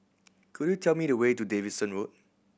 could you tell me the way to Davidson Road